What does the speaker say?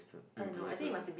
is the influencer